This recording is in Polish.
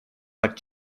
tak